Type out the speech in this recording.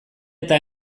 eta